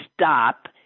stop